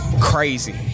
crazy